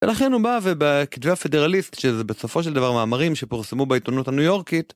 ולכן הוא בא, ובכתבי הפדרליסט, שזה בסופו של דבר מאמרים שפורסמו בעיתונות הניו יורקית,